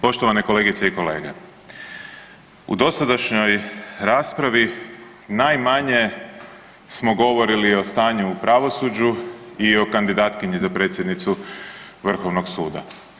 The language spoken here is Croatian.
Poštovane kolegice i kolege, u dosadašnjoj raspravi najmanje smo govorili o stanju u pravosuđu i o kandidatkinji za predsjednicu vrhovnog suda.